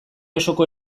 osoko